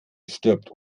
stirbt